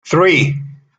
three